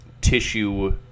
tissue